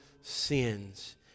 sins